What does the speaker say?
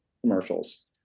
commercials